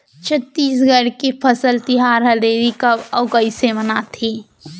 छत्तीसगढ़ के फसल तिहार हरेली कब अउ कइसे मनाथे?